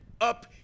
up